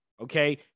okay